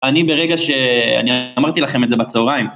אני ברגע שאמרתי לכם את זה בצהריים.